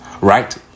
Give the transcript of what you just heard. right